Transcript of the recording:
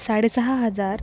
साडेसहा हजार